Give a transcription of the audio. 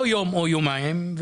לא יום-יומיים,